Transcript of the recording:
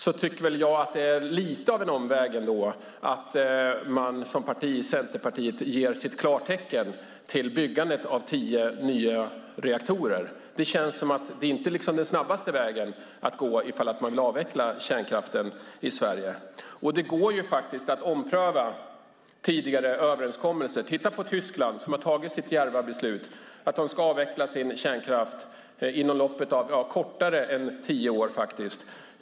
Jag tycker ändå att det är lite av en omväg om man som parti - Centerpartiet - ger sitt klartecken till byggandet av tio nya reaktorer. Det känns inte som om det är den snabbaste vägen att gå, ifall man vill avveckla kärnkraften i Sverige. Det går faktiskt att ompröva tidigare överenskommelser. Titta på Tyskland, som har tagit sitt djärva beslut att de ska avveckla sin kärnkraft, faktiskt på kortare tid än tio år!